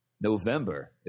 November